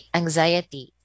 anxiety